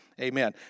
Amen